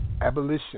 Abolition